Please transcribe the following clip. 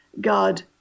God